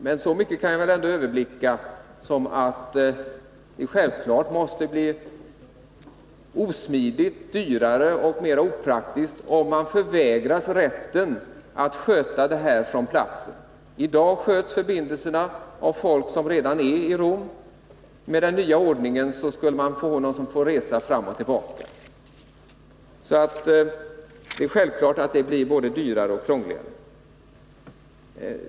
Men så mycket kan jag väl ändå överblicka att det självfallet måste bli osmidigare, dyrare och mera opraktiskt om man förvägras rätten att sköta denna verksamhet på platsen. I dag sköts förbindelserna av personer som redan finns i Rom. Med den nya ordningen måste det ordnas så att folk skall resa fram och tillbaka, och det är självklart att det blir både dyrare och krångligare.